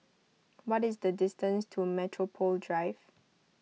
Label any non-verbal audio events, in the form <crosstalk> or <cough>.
<noise> what is the distance to Metropole Drive